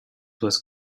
was